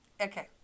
Okay